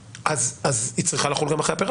אז היא צריכה לחול גם אחרי הפירעון.